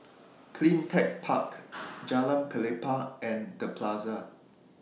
CleanTech Park Jalan Pelepah and The Plaza